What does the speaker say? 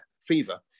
Fever